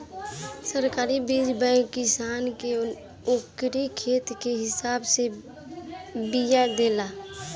सरकारी बीज बैंक किसान के ओकरी खेत के हिसाब से बिया देला